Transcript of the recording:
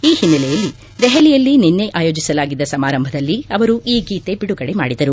ಈ ಹಿನ್ನೆಲೆಯಲ್ಲಿ ದೆಹಲಿಯಲ್ಲಿ ನಿನ್ನೆ ಆಯೋಜಿಸಲಾಗಿದ್ದ ಸಮಾರಂಭದಲ್ಲಿ ಅವರು ಈ ಗೀತೆ ಬಿಡುಗಡೆ ಮಾಡಿದರು